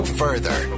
further